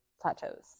plateaus